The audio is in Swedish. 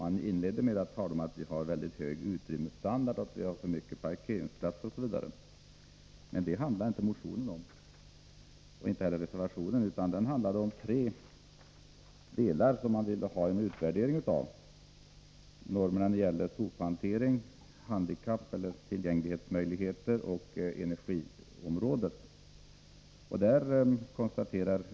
Han inledde med att tala om att vi har en mycket hög utrymmesstandard, att vi har för mycket parkeringsplatser osv., men det handlar inte motionen om och inte heller reservationen. Motionen handlar om tre områden som man vill ha utvärderade, nämligen normerna när det gäller sophantering, tillgänglighet för handikappade och energiområdet.